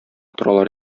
торалар